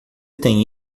tem